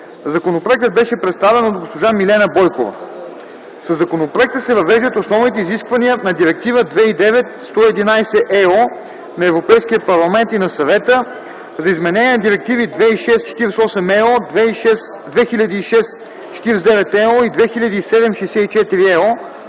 Законопроектът беше представен от госпожа Милена Бойкова. Със законопроекта се въвеждат основните изисквания на Директива 2009/111/ЕО на Европейския парламент и на Съвета за изменение на директиви 2006/48/ЕО, 2006/49/ЕО и 2007/64/ЕО